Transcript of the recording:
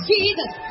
Jesus